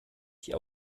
die